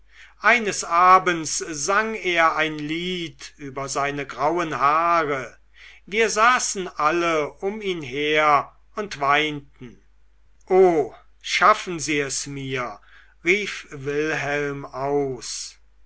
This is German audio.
eines abends sang er ein lied über seine grauen haare wir saßen alle um ihn her und weinten o schaffen sie es mir rief wilhelm aus